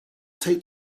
taped